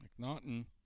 McNaughton